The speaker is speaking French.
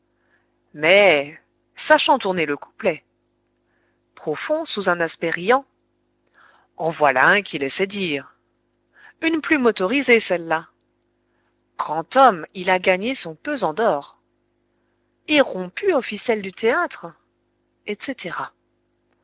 mais sachant tourner le couplet profond sous un aspect riant en voilà un qui laissait dire une plume autorisée celle-là grand homme il a gagné son pesant d'or et rompu aux ficelles du théâtre etc